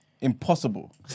Impossible